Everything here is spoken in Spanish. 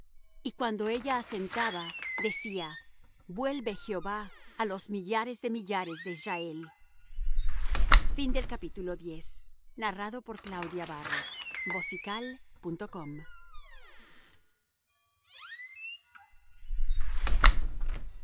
y cuando ella asentaba decía vuelve jehová á los millares de millares de israel y